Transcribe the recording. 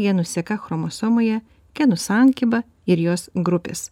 genų seka chromosomoje genų sankiba ir jos grupės